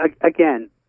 again